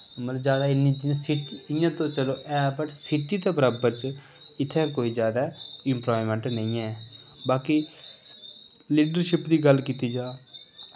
मतलब जैदा इन्नी जिन्नी सिटी इ'यां ते चलो है पर सिटी दे बराबर च इत्थै कोई जैदा इम्प्लायमेंट नेईं ऐ बाकी लीडरशिप दी गल्ल कीती जा